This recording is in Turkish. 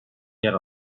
yer